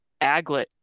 Aglet